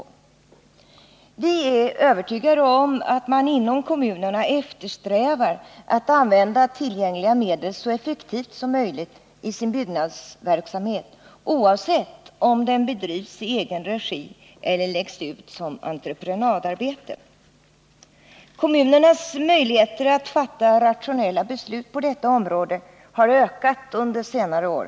Onsdagen den Vi är övertygade om att kommunerna eftersträvar att använda tillgängliga 21 november 1979 medel så effektivt som möjligt i sin byggnadsverksamhet, oavsett om den bedrivs i egen regi eller läggs ut som entreprenadarbete. Kommunernas möjligheter att fatta rationella beslut på detta område har ökat under senare år.